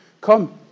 come